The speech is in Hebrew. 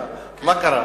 מה, מה קרה?